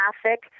traffic